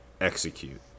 execute